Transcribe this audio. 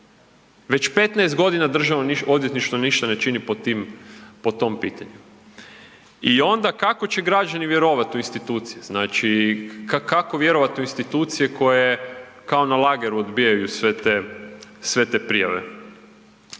Već 15 godina Državno odvjetništvo ništa ne čini po tim, po tom pitanju. I onda kako će građani vjerovati u institucije, znači kako vjerovati u institucije koje kao na lageru odbijaju sve te prijave.